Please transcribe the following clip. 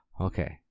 Okay